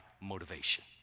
motivation